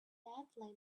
sadly